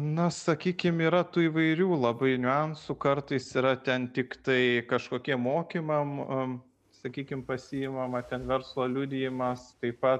na sakykim yra tų įvairių labai niuansų kartais yra ten tiktai kažkokiem mokymam sakykim pasiimama ten verslo liudijimas taip pat